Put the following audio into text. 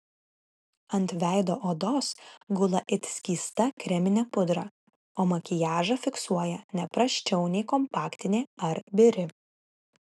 ant veido odos gula it skysta kreminė pudra o makiažą fiksuoja ne prasčiau nei kompaktinė ar biri